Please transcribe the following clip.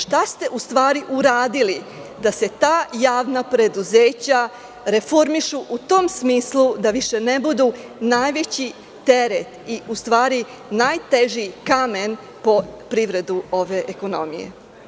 Šta ste u stvari uradili da se ta javna preduzeća reformišu u tom smislu, da više ne budu najveći teret i u stvari, najteži kamen po privredu ove ekonomije?